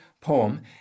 poem